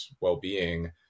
well-being